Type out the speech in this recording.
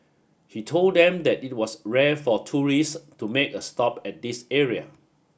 he told them that it was rare for tourists to make a stop at this area